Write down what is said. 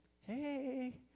hey